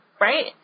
Right